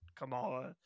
Kamala